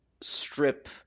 strip